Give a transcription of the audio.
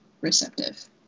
receptive